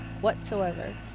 whatsoever